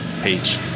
page